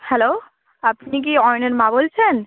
hello আপনি কি অয়নের মা বলছেন